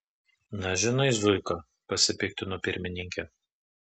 na žinai zuika pasipiktino pirmininkė